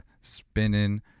spinning